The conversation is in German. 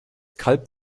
kalb